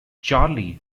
charlie